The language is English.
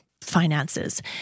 finances